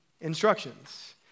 instructions